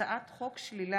הצעת חוק לעידוד